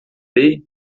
dei